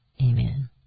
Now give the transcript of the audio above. Amen